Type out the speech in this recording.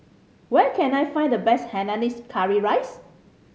where can I find the best hainanese curry rice